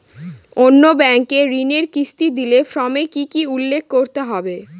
অন্য ব্যাঙ্কে ঋণের কিস্তি দিলে ফর্মে কি কী উল্লেখ করতে হবে?